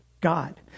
God